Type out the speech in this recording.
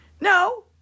No